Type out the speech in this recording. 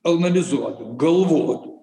analizuot galvot